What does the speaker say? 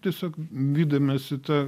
tiesiog vydamiesi tą